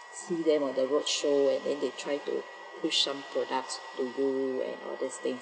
see them on the roadshow and then they try to push some products to do and all these thing